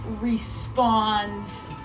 responds